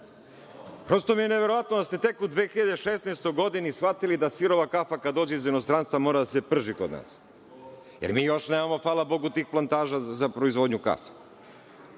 Prosto mi je neverovatno da ste tek u 2016. godini shvatili da sirova kafa kad dođe iz inostranstva mora da se prži kod nas, jer mi još nemamo, hvala bogu, tih plantaža za proizvodnju kafe.